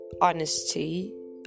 honesty